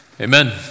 Amen